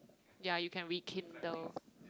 ya you can rekindle